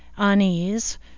unease